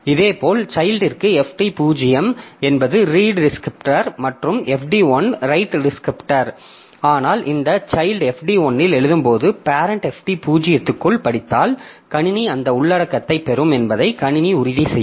இதேபோல் சைல்ட்டிற்கு fd 0 என்பது ரீட் டிஸ்கிரிப்டர் மற்றும் fd 1 ரைட் டிஸ்கிரிப்டர் ஆனால் இந்த சைல்ட் fd 1 இல் எழுதும்போது பேரெண்ட் fd 0 க்குள் படித்தால் கணினி அந்த உள்ளடக்கத்தை பெறும் என்பதை கணினி உறுதி செய்யும்